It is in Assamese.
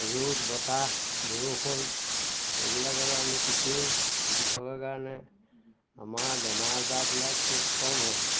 ৰ'দ বতাহ বৰষুণ এইবিলাকতো আমি তিতোঁ তিতি থকাৰ কাৰণে আমাৰ বেমাৰ আজাৰবিলাক খুব কম হয়